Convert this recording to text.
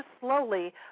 slowly